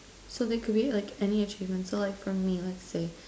so they could be like any achievement so like for me let's say